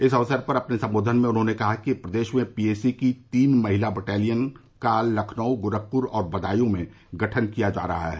इस अवसर पर अपने संबोधन में उन्होंने कहा कि प्रदेश में पीएसी की तीन महिला बटालियन का लखनऊ गोरखपुर और बदायूं में गठन किया जा रहा है